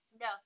No